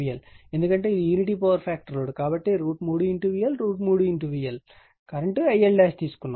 ఎందుకంటే ఇది unity power factor load కాబట్టి √ 3 VL √3 VL కరెంట్ IL తీసుకున్నాము